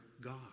God